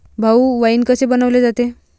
भाऊ, वाइन कसे बनवले जाते?